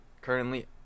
currently